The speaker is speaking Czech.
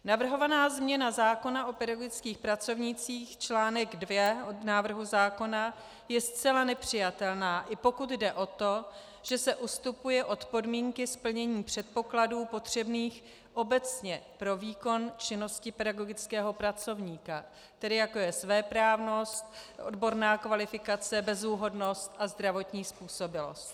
Navrhovaná změna zákona o pedagogických pracovnících, článek dvě návrhu zákona, je zcela nepřijatelná, i pokud jde o to, že se ustupuje od podmínky splnění předpokladů potřebných obecně pro výkon činnosti pedagogického pracovníka, tedy jako je svéprávnost, odborná kvalifikace, bezúhonnost a zdravotní způsobilost.